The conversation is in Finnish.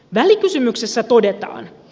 välikysymyksessä todetaan